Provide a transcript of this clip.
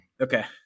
Okay